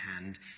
hand